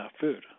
food